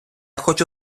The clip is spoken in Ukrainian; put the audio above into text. хочу